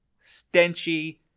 stenchy